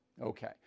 Okay